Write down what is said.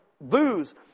Booze